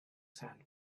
sand